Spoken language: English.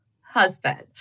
husband